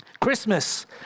Christmas